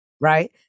right